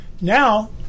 Now